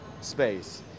space